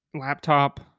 laptop